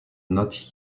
not